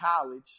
college